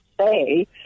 say